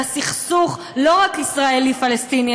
לסכסוך לא רק ישראלי פלסטיני,